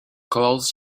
close